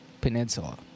Peninsula